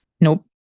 Nope